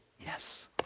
yes